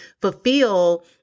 fulfill